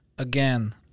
again